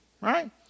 right